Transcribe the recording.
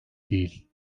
değil